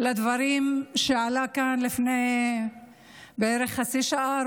לדברים שעלו כאן לפני בערך כחצי שעה,